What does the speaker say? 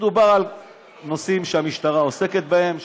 מדובר על נושאים שהמשטרה עוסקת בהם,